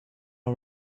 are